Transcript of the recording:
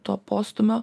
to postūmio